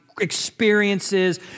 experiences